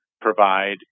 provide